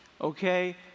okay